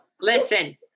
listen